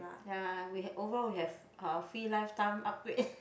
ya we had overall we have uh free lifetime upgrade